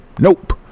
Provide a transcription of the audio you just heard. Nope